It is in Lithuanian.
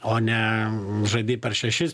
o ne žadi per šešis